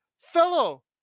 fellow